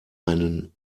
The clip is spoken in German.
einen